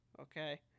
okay